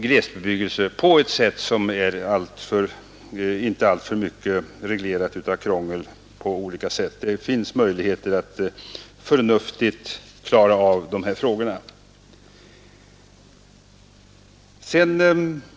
glesbebyggelse utan alltför mycket av regleringar och krångel. Det finns möjligheter att klara av de här frågorna förnuftigt.